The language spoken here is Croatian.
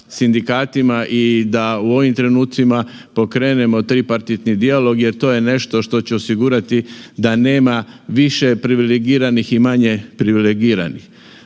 sindikatima i da u ovim trenucima pokrenemo tripartitni dijalog jer to je nešto što će osigurati da nema više privilegiranih i manje privilegiranih.